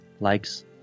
likes